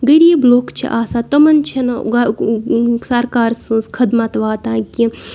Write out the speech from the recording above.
غریٖب لُکھ چھِ آسان تِمَن چھِنہٕ سَرکار سٕنٛز خدمَت واتان کہِ